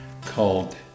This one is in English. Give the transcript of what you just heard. called